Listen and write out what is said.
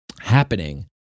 happening